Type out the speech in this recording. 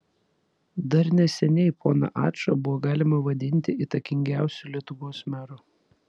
dar neseniai poną ačą buvo galima vadinti įtakingiausiu lietuvos meru